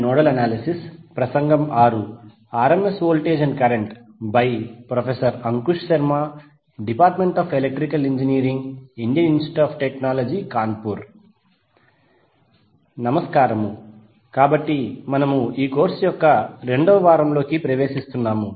నమస్కారము కాబట్టి మనము ఈ కోర్సు యొక్క రెండవ వారంలోకి ప్రవేశిస్తున్నాము